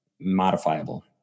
modifiable